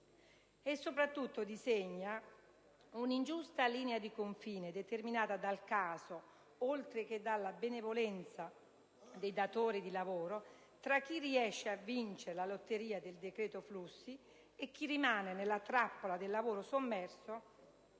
e, soprattutto, disegna un'ingiusta linea di confine, determinata dal caso, oltre che dalla benevolenza dei datori di lavoro, tra chi riesce a vincere alla lotteria del decreto flussi e chi rimane nella trappola del lavoro sommerso,